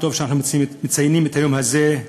טוב שאנחנו מציינים את היום הזה.